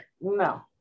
No